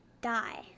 die